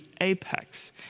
apex